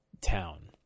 Town